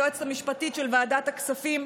היועצת המשפטית של ועדת הכספים,